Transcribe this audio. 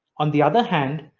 on the other hand,